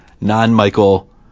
non-Michael